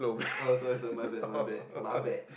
oh sorry sorry my bad my bad my bad